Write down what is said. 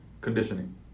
conditioning